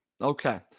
Okay